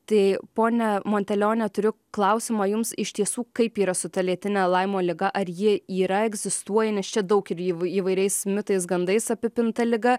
tai ponia monteleone turiu klausimą jums iš tiesų kaip yra su ta lėtine laimo liga ar ji yra egzistuoja nes čia daug ir į įvairiais mitais gandais apipinta liga